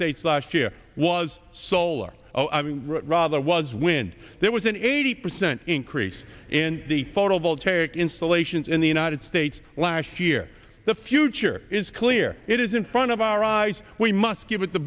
states last year was solar rather was when there was an eighty percent increase in the photovoltaic installations in the united states last year the future is clear it is in front of our eyes we must give it t